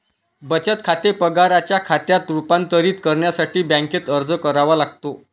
बचत खाते पगाराच्या खात्यात रूपांतरित करण्यासाठी बँकेत अर्ज करावा लागतो